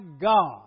God